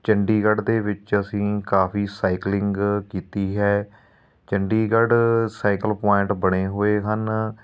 ਚੰਡੀਗੜ੍ਹ ਦੇ ਵਿੱਚ ਅਸੀਂ ਕਾਫੀ ਸਾਈਕਲਿੰਗ ਕੀਤੀ ਹੈ ਚੰਡੀਗੜ੍ਹ ਸਾਈਕਲ ਪੁਆਇੰਟ ਬਣੇ ਹੋਏ ਹਨ